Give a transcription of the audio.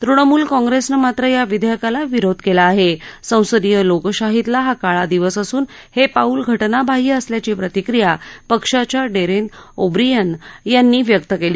तृणमुल काँग्रद्व मात्र या विधयकाला विरोध कला आह संसदीय लोकशाहीतला हा काळा दिवस असून हप्रिकल घटनाबाह्य असल्याची प्रतिक्रिया पक्षाच्या डरक्कीओब्रियन यांनी व्यक्त कली